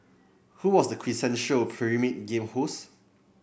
who was the quintessential Pyramid Game host